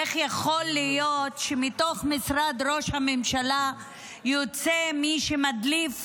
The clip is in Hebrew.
איך יכול להיות שמתוך משרד ראש הממשלה יוצא מי שמדליף